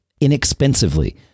inexpensively